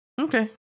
Okay